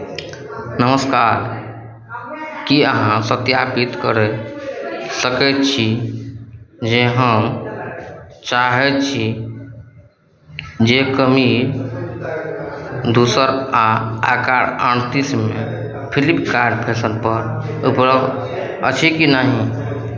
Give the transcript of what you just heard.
नमस्कार की अहाँ सत्यापित करि सकैत छी जे हम चाहै छी जे कमीज धूसर आ आकार अड़तीसमे फ्लीपकार्ट फैशनपर उपलब्ध अछि कि नहि